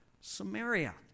Samaria